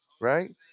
Right